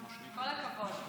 כל הכבוד.